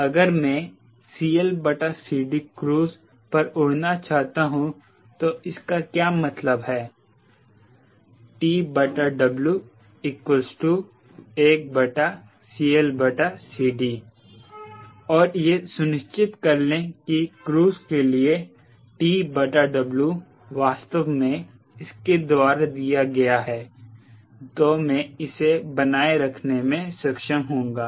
अगर मैं CLCDcruise पर उड़ना चाहता हूं तो इसका क्या मतलब है फिर TW 1CLCD और यह सुनिश्चित करें कि क्रूज़ के लिए TW वास्तव में इसके द्वारा दिया गया है तो मैं इसे बनाए रखने में सक्षम हूंगा